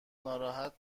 ناراحت